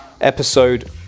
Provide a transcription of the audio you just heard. episode